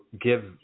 give